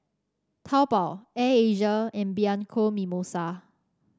Taobao Air Asia and Bianco Mimosa